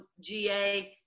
GA